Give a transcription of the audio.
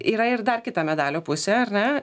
yra ir dar kita medalio pusė ar ne